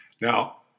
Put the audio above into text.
Now